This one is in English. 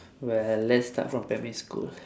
well let's start from primary school